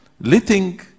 letting